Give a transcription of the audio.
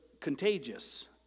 contagious